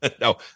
No